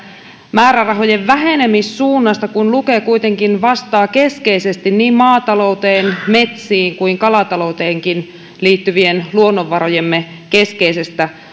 määrärahojen vähenemissuunnasta kun luke kuitenkin vastaa niin maatalouteen metsiin kuin kalatalouteenkin liittyvien luonnonvarojemme keskeisestä